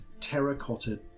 terracotta